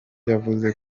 yavuze